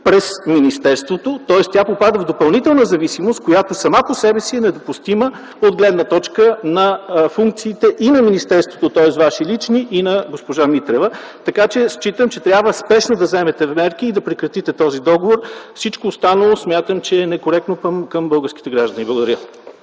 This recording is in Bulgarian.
през министерството, тоест тя попада в допълнителна зависимост, която сама по себе си е недопустима от гледна точка на функциите и на министерството, тоест Ваши лични, и на госпожа Митрева. Считам, че трябва спешно да вземете мерки и да прекратите този договор, всичко останало е некоректно към българските граждани. Благодаря.